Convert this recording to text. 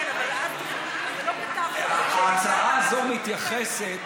כן, אבל אז, לא כתבת, ההצעה הזאת מתייחסת,